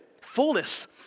fullness